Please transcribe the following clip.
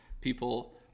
people